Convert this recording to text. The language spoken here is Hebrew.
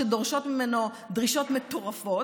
שדורשות ממנו דרישות מטורפות,